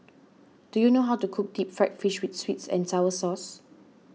do you know how to cook Deep Fried Fish with Sweet and Sour Sauce